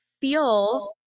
feel